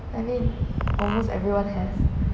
I mean almost everyone have